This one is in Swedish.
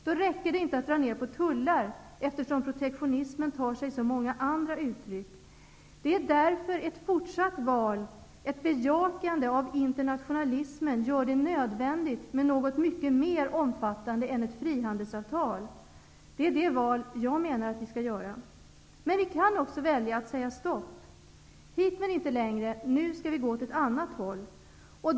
Då räcker det inte att dra ner på tullar, eftersom protektionismen tar sig så många andra uttryck. Det är därför som ett fortsatt val, ett bejakande av internationalismen, gör det nödvändigt att det finns något som är mycket mer omfattande än vad ett frihandelssavtal är. Det är det valet jag menar att vi skall göra. Men vi kan också välja att säga: Stopp. Hit men inte längre. Nu skall vi gå åt ett annat håll.